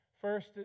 First